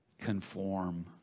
conform